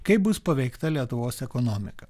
kaip bus paveikta lietuvos ekonomika